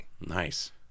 nice